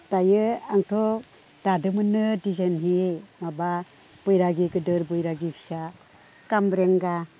दायो आंथ' दादोमोननो डिजाइन गैयि माबा बैरागि गोदोर बैरागि फिसा खामरेंगा